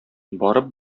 барып